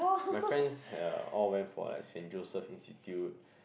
my friends all went for like St-Joseph-Institute